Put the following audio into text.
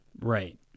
right